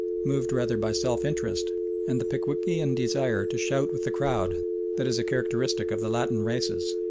moved rather by self-interest and the pickwickian desire to shout with the crowd that is a characteristic of the latin races,